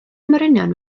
morynion